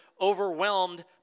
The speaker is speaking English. overwhelmed